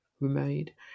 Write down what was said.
remade